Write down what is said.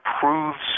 proves